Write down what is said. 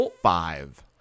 five